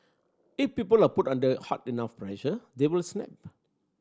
if people are put under hard enough pressure they will snap